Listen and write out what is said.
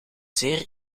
zeer